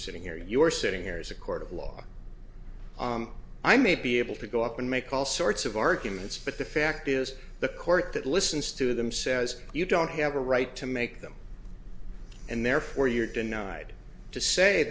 sitting here you're sitting here is a court of law i may be able to go up and make all sorts of arguments but the fact is the court that listens to them says you don't have a right to make them and therefore you're denied to say